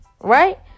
Right